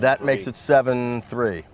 that makes it seven three